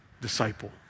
disciple